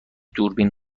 دوربین